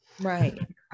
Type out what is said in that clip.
Right